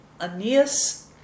Aeneas